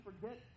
forget